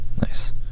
Nice